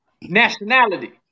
nationality